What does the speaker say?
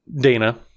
Dana